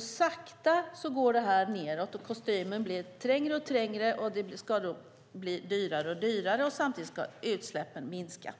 Sakta går det här alltså nedåt och kostymen blir trängre och trängre. Det ska bli dyrare och dyrare, och samtidigt ska utsläppen minska.